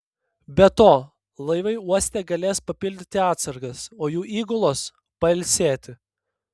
be to laivai uoste galės papildyti atsargas o jų įgulos pailsėti